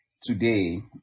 today